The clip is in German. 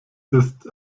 ist